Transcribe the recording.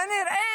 כנראה